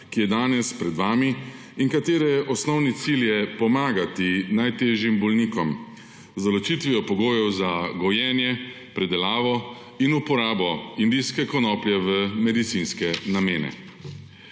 ki je danes pred vami in katere osnovni cilj je pomagati najtežjim bolnikom, z določitvijo pogojev za gojenje, predelavo in uporabo indijske konoplje v medicinske namene.